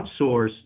outsource